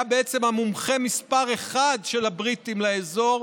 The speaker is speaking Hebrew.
היה בעצם המומחה מספר אחת של הבריטים לאזור,